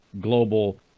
global